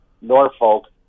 Norfolk